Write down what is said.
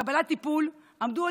ולקבלת טיפול במערכת הציבורית עמדו עוד